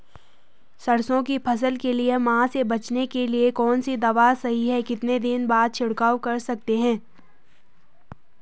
सरसों की फसल के लिए माह से बचने के लिए कौन सी दवा सही है कितने दिन बाद छिड़काव कर सकते हैं?